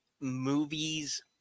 Movies